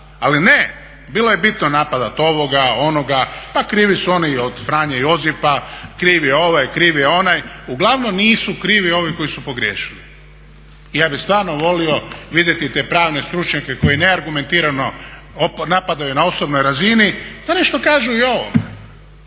Ali ne, bilo je bitno napadat ovoga, onoga, pa krivi su oni od Franje Josipa, kriv je ovaj, kriv je onaj, uglavnom nisu krivi ovi koji su pogriješili. Ja bih stvarno volio vidjeti te pravne stručnjake koji neargumentirano napadaju na osobnoj razini da nešto kažu i o